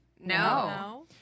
No